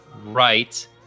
right